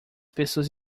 pessoas